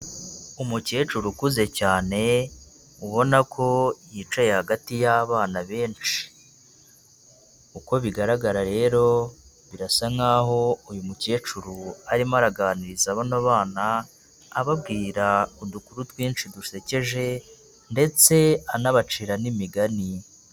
Umukecuru ukuze cyane ubona ko yicaye hagati y'abana benshi, uko bigaragara rero birasa nk'aho uyu mukecuru arimo araganiriza bano bana, ababwira udukuru twinshi dusekeje ndetse anabacira n'imigani.